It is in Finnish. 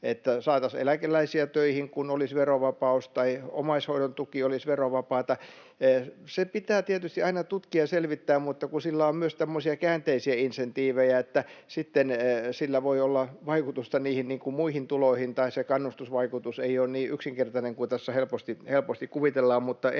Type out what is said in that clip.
että saataisiin eläkeläisiä töihin, kun olisi verovapaus, tai että omaishoidon tuki olisi verovapaata. Se pitää tietysti aina tutkia ja selvittää, mutta sillä on myös tämmöisiä käänteisiä insentiivejä, että sillä voi olla vaikutusta niihin muihin tuloihin tai se kannustusvaikutus ei ole niin yksinkertainen kuin tässä helposti kuvitellaan. Mutta